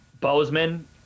Bozeman